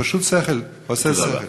זה פשוט עושה שכל.